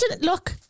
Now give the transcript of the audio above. Look